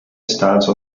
stance